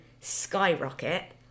skyrocket